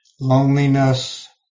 loneliness